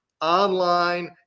online